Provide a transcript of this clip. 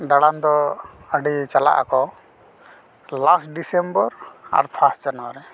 ᱫᱟᱬᱟᱱ ᱫᱚ ᱟᱹᱰᱤ ᱪᱟᱞᱟᱜ ᱟᱠᱚ ᱞᱟᱥᱴ ᱰᱤᱥᱮᱢᱵᱚᱨ ᱟᱨ ᱯᱷᱟᱥᱴ ᱡᱟᱱᱩᱣᱟᱨᱤ